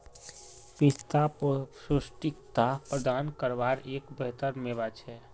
पिस्ता पौष्टिकता प्रदान कारवार एक बेहतर मेवा छे